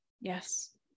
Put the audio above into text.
Yes